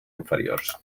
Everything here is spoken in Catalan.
inferiors